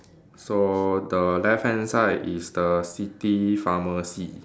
so the left hand side is the city pharmacy